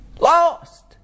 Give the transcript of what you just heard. Lost